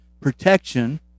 protection